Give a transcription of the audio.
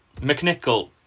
McNichol